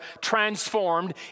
transformed